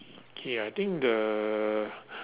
okay I think the